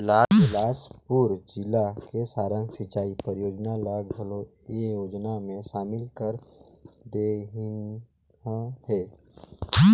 बेलासपुर जिला के सारंग सिंचई परियोजना ल घलो ए योजना मे सामिल कर देहिनह है